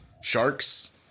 sharks